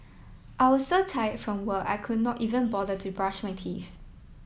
I was so tired from work I could not even bother to brush my teeth